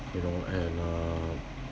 you know and uh